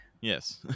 Yes